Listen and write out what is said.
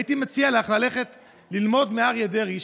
הייתי מציע לך ללכת ללמוד מאריה דרעי,